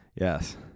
Yes